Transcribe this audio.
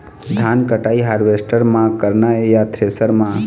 धान कटाई हारवेस्टर म करना ये या थ्रेसर म?